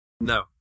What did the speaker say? No